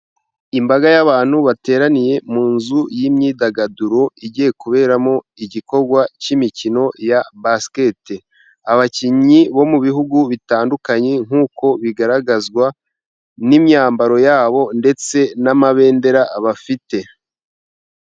Imbaga y'abantu bateraniye mu nzu y'imyidagaduro igiye kuberamo igikorwa cy'imikino ya basket. Abakinnyi bo mu bihugu bitandukanye nkuko bigaragazwa n'imyambaro yabo ndetse n'amabendera bafite.